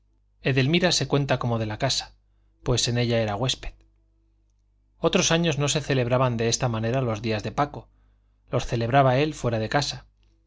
edelmira se cuenta como de la casa pues en ella era huésped otros años no se celebraban de esta manera los días de paco los celebraba él fuera de casa